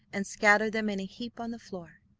and scatter them in a heap on the floor.